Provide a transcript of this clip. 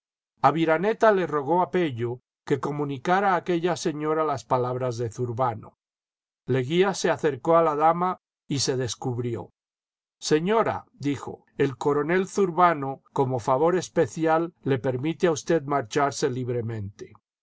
aviraneta le rogó a pello que comunicara a aquella señora las palabras de zurbano leguía se acercó a la dama y se descubrió señora dijo el coronel zurbano como favor especial le permite a usted marcharse libremente